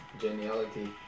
geniality